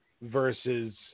versus